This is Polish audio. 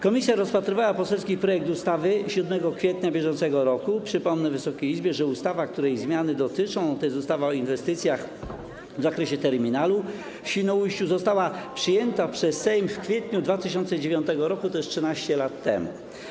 Komisja rozpatrywała poselski projekt ustawy 7 kwietnia br. Przypomnę Wysokiej Izbie, że ustawa, której zmiany dotyczą, czyli ustawa o inwestycjach w zakresie terminalu w Świnoujściu, została przyjęta przez Sejm w kwietniu 2009 r., tj. 13 lat temu.